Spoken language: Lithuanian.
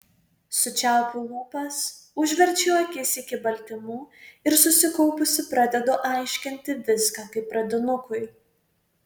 sučiaupiu lūpas užverčiu akis iki baltymų ir susikaupusi pradedu aiškinti viską kaip pradinukui